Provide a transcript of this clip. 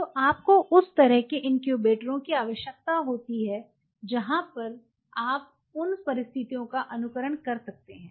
तो आपको उस तरह के इन्क्यूबेटरों की आवश्यकता है जहां आप उन परिस्थितियों का अनुकरण कर सकते हैं